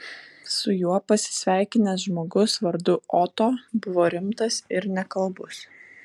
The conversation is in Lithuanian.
su juo pasisveikinęs žmogus vardu oto buvo rimtas ir nekalbus